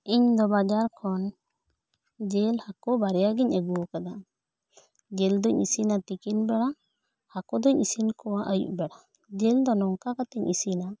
ᱤᱧ ᱫᱚ ᱵᱟᱡᱟᱨ ᱠᱷᱚᱱ ᱡᱤᱞ ᱦᱟᱹᱠᱩ ᱵᱟᱨᱭᱟ ᱜᱤᱧ ᱟᱜᱩ ᱟᱠᱟᱫᱟ ᱡᱤᱞ ᱫᱩᱧ ᱤᱥᱤᱱᱟ ᱛᱤᱠᱤᱱ ᱵᱮᱲᱟ ᱦᱟᱹᱠᱩ ᱫᱩᱧ ᱤᱥᱤᱱ ᱠᱚᱣᱟ ᱟᱹᱭᱩᱵ ᱵᱮᱲᱟ ᱡᱤᱞ ᱫᱚ ᱱᱚᱝᱠᱟ ᱠᱟᱛᱮ ᱤᱧ ᱤᱥᱤᱱᱟ